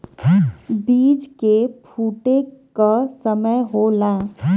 बीज के फूटे क समय होला